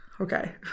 Okay